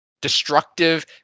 destructive